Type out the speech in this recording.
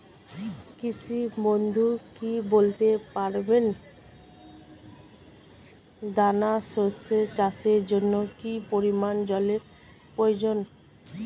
কৃষক বন্ধু কি বলতে পারবেন দানা শস্য চাষের জন্য কি পরিমান জলের প্রয়োজন?